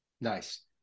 Nice